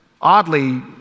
oddly